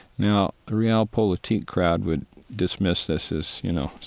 now, the realpolitik crowd would dismiss this as, you know,